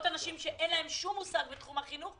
אנשים שאין להם שום מושג בתחום החינוך.